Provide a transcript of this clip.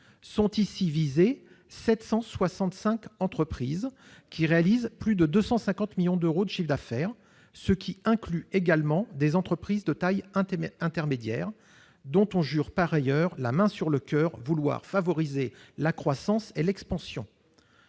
Sont ici visées 765 entreprises qui réalisent plus de 250 millions d'euros de chiffre d'affaires, ce qui inclut également des entreprises de taille intermédiaire, dont on jure par ailleurs, la main sur le coeur, vouloir favoriser la croissance et l'expansion